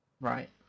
Right